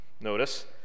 notice